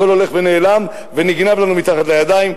הכול הולך ונעלם ונגנב לנו מתחת לידיים.